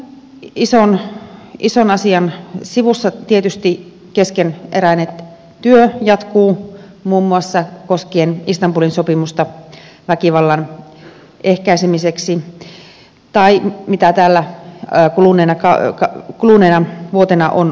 tämän ison asian sivussa tietysti keskeneräinen työ jatkuu muun muassa koskien istanbulin sopimusta väkivallan ehkäisemiseksi tai koskien sitä mitä täällä kuluneena vuotena on käsitelty